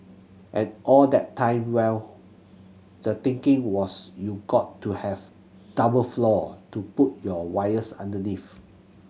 and all that time well the thinking was you got to have double floor to put your wires underneath